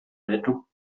rettung